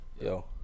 Yo